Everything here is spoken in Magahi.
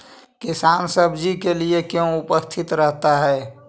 किसान सब्जी के लिए क्यों उपस्थित रहता है?